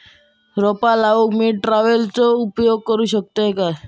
रोपा लाऊक मी ट्रावेलचो उपयोग करू शकतय काय?